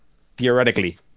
theoretically